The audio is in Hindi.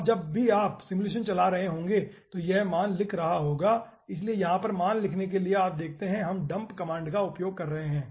अब जब भी आप सिमुलेशन चला रहे होंगे तो यह मान लिख रहा होगा इसलिए यहां पर मान लिखने के लिए आप देखते हैं कि हम dump कमांड का उपयोग कर रहे हैं